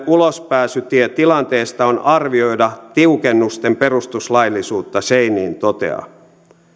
ulospääsytie tilanteesta on arvioida tiukennusten perustuslaillisuutta scheinin toteaa